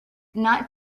not